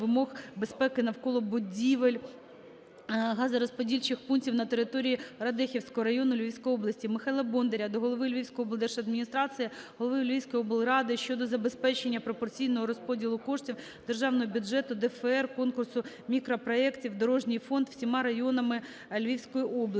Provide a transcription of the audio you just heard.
вимог безпеки навколо будівель газорозподільчих пунктів на території Радехівського району Львівської області. Михайла Бондаря до голови Львівської облдержадміністрації, голови Львівської облради щодо забезпечення пропорційного розподілу коштів з державного бюджету (ДФРР, конкурс мікропроектів, дорожній фонд) всім районам Львівської області.